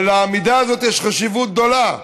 לעמידה הזאת יש חשיבות גדולה,